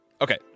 okay